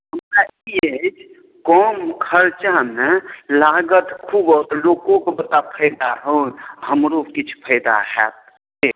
मुद्दा ई अछि कम खरचामे लागत कम आऔत लोकोके फायदा होन हमरो किछु फायदा होयत से